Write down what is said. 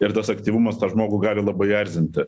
ir tas aktyvumas tą žmogų gali labai erzinti